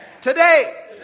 Today